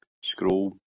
Scroll